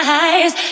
eyes